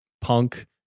punk